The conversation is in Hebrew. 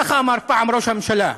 כך אמר פעם ראש הממשלה,